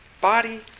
body